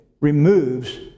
removes